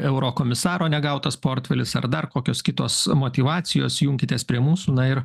eurokomisaro negautas portfelis ar dar kokios kitos motyvacijos junkitės prie mūsų na ir